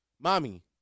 Mommy